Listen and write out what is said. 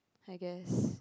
I guess